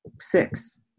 six